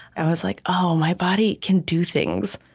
i was like, oh, my body can do things.